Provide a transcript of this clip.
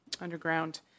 underground